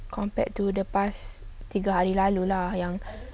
compared to the past tiga hari lalu lah yang